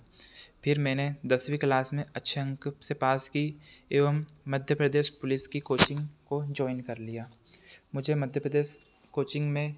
फिर मैंने दसवीं क्लास में अच्छे अंक से पास की एवं मध्यप्रदेश पुलिस को कोचिंग को जॉइन कर लिया मुझे मध्यप्रदेश कोचिंग में